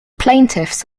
plaintiffs